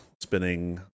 spinning